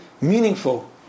meaningful